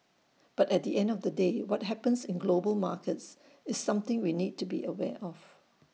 but at the end of the day what happens in global markets is something we need to be aware of